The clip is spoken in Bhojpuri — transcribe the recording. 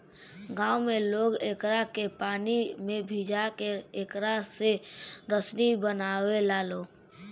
गांव में लोग एकरा के पानी में भिजा के एकरा से रसरी बनावे लालो